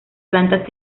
plantas